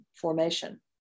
formation